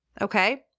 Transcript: okay